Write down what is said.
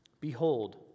Behold